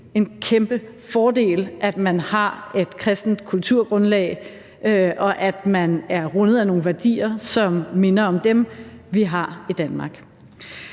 set en kæmpe fordel, at man har et kristent kulturgrundlag, og at man er rundet af nogle værdier, som minder om dem, vi har i Danmark.